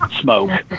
smoke